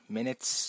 minutes